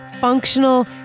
functional